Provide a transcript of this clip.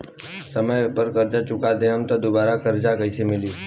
समय पर कर्जा चुका दहम त दुबाराकर्जा कइसे मिली?